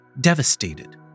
devastated